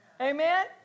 Amen